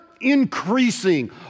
Increasing